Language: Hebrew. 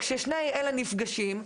כששני אלה נפגשים,